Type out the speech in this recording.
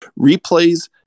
Replays